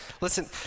listen